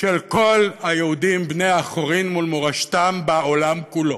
של כל היהודים בני החורין מול מורשתם בעולם כולו: